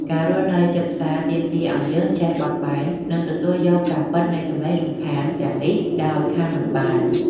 ការរស់នៅជិតផ្សារទាមទារឱ្យយើងចេះបត់បែននិងទទួលយកការពិតនៃសំឡេងរំខានទាំងនេះដោយខានមិនបាន។